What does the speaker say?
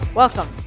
Welcome